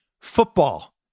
football